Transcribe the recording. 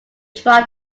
dry